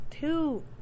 two